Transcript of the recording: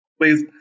Please